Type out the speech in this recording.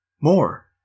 More